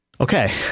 Okay